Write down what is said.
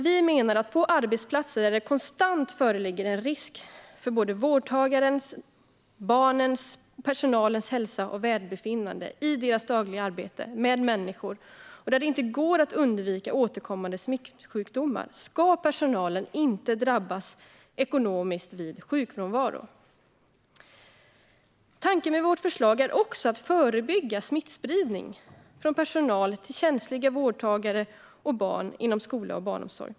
Vi menar att på arbetsplatser där det konstant föreligger en risk för vårdtagarens, barnens och personalens hälsa och välbefinnande i det dagliga arbetet och där det inte går att undvika återkommande smittsjukdomar ska personalen inte drabbas ekonomiskt vid sjukfrånvaro. Tanken med vårt förslag är också att förebygga smittspridning från personal till känsliga vårdtagare och barn inom skola och barnomsorg.